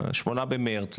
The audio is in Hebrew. שמונה במרץ,